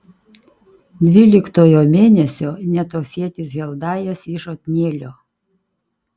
dvyliktojo mėnesio netofietis heldajas iš otnielio